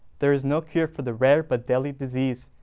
there is no cure for the rare but deadly disease.